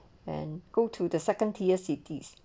and go to the second tier cities